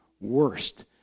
worst